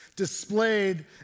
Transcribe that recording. displayed